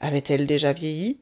avait-elle déjà vieilli